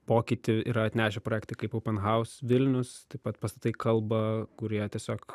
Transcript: pokytį yra atnešę projektai kaip open haus vilnius taip pat pastatai kalba kurie tiesiog